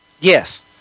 Yes